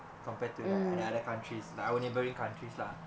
compared to like other other countries lah our neighbouring countries lah